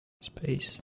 space